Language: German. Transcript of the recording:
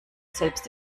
selbst